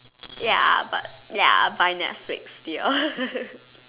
ya but ya buy netflix they all